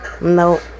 no